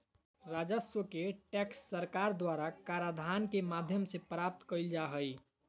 राजस्व के टैक्स सरकार द्वारा कराधान के माध्यम से प्राप्त कइल जा हइ